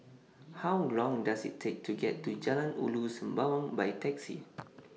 How Long Does IT Take to get to Jalan Ulu Sembawang By Taxi